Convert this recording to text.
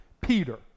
Peter